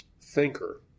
thinker